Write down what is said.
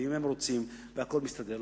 ואם הם רוצים והכול מסתדר,